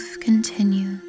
continue